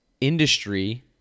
industry